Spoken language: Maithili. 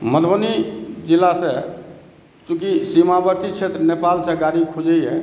मधुबनी जिलासँ चूँकि सीमावर्ती क्षेत्र नेपालसँ गाड़ी खुजैए